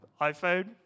iPhone